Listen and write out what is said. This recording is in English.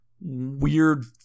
weird